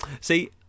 See